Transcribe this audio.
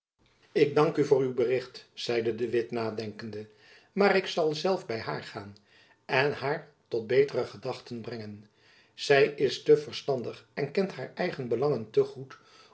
ik dank u voor uw bericht zeide de witt nadenkende maar ik zal zelf by haar gaan en haar tot betere gedachten brengen zy is te verstandig en kent haar eigen belangen te goed